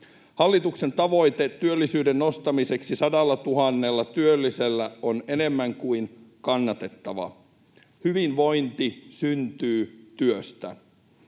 Hallituksen tavoite työllisyyden nostamiseksi 100 000 työllisellä on enemmän kuin kannatettava. Hyvinvointi syntyy työstä.